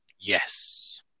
Yes